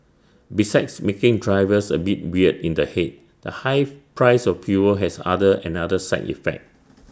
besides making drivers A bit weird in the Head the high price of fuel has other another side effect